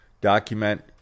document